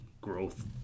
growth